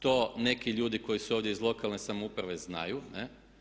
To neki ljudi koji su ovdje iz lokalne samouprave znaju ne'